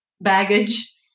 baggage